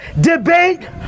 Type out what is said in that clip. debate